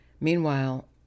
Meanwhile